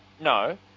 No